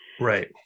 Right